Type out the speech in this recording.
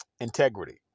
integrity